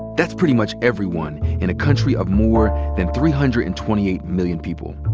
that's pretty much everyone in a country of more than three hundred and twenty eight million people.